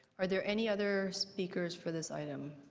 are there any other speakers for this item?